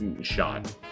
shot